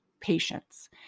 patience